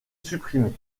supprimés